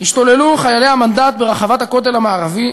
השתוללו חיילי המנדט ברחבת הכותל המערבי